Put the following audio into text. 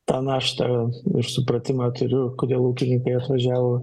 tą naštą ir supratimą turiu kodėl ūkininkai atvažiavo